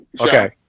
Okay